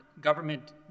government